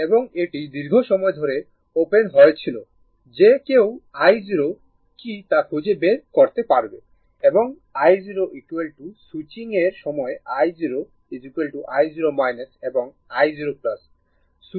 এবং এটি দীর্ঘ সময় ধরে ওপেন হয়েছিল যে কেউ i0 কী তা খুঁজে বের করতে পারবে এবং i0 সুইচিং এর সময় i0 i0 এবং i0 স্যুইচ করার সময় এটি পরিবর্তন হবে না